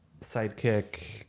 sidekick